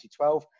2012